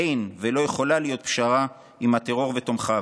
אין ולא יכולה להיות פשרה עם הטרור ותומכיו,